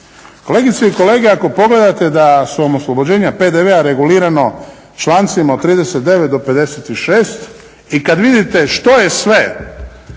Kolegice i kolege ako pogledate da su vam oslobođenja PDV-a regulirano člancima od 39 do 56 i kada vidite što je sve